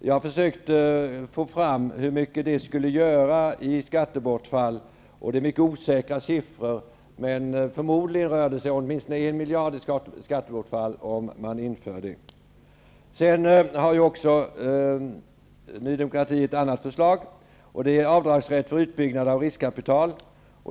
Jag försökte få fram hur mycket det skulle göra i skattebortfall. Siffrorna är mycket osäkra, men förmodligen rör det sig om åtminstone 1 miljard i skattebortfall, om man inför en sådan kvittningsrätt. Ny demokrati föreslår också avdragsrätt för utbyggnad av riskkapital.